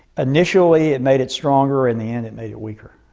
initially it made it stronger. in the end it made it weaker.